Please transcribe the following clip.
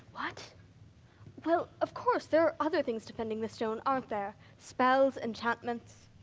but well of course there are other things defending the stone, aren't there? spells, enchantments.